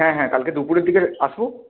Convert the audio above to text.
হ্যাঁ হ্যাঁ কালকে দুপুরের দিকে আসবো